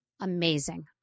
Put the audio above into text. amazing